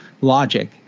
logic